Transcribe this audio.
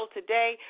today